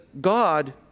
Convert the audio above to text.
God